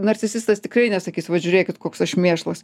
narcisistas tikrai nesakys vat žiūrėkit koks aš mėšlas